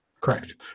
Correct